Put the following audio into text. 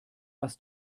was